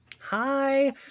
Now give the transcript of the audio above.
hi